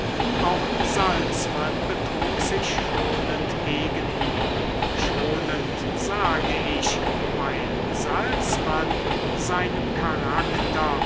auch salzmann betrug sich schonend gegen ihn schonend sage ich weil salzmann seinem charakter